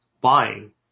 buying